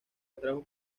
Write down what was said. atrajo